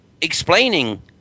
explaining